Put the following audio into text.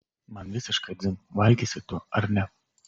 man visiškai dzin valgysi tu ar ne